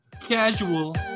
casual